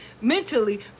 mentally